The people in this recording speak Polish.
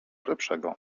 lepszego